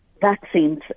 vaccines